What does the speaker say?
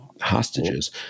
hostages